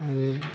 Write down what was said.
आरो